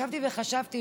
ישבתי וחשבתי,